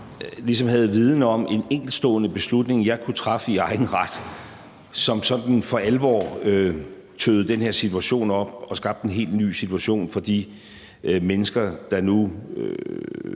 ligesom havde viden om en enkeltstående beslutning, jeg kunne træffe i egen ret, som sådan for alvor tøede den her situation op og skabte en helt ny situation for de mennesker, der nu